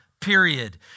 period